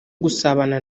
gusabana